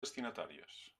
destinatàries